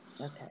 Okay